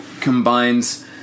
combines